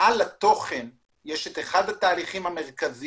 מעל התוכן יש את אחד התהליכים המרכזיים